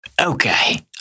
Okay